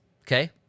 Okay